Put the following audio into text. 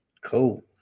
Cool